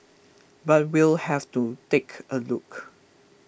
but we'll have to take a look